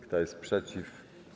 Kto jest przeciw?